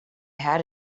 had